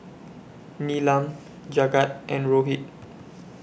Neelam Jagat and Rohit